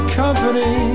company